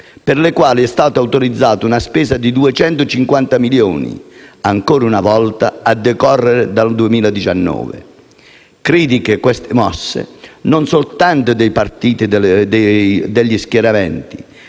per le quali è stata autorizzata una spesa di 250 milioni di euro, ancora una volta a decorrere dal 2019. Sono critiche, queste, non soltanto mosse dai partiti degli schieramenti